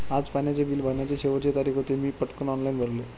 आज पाण्याचे बिल भरण्याची शेवटची तारीख होती, मी पटकन ऑनलाइन भरले